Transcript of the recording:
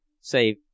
save